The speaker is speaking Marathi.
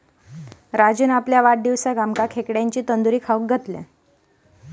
राजून आपल्या वाढदिवसाक आमका खेकड्यांची तंदूरी खाऊक घातल्यान